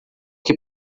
que